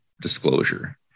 disclosure